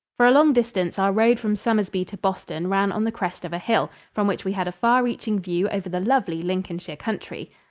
for a long distance our road from somersby to boston ran on the crest of a hill, from which we had a far-reaching view over the lovely lincolnshire country.